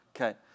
Okay